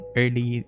early